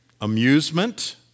Amusement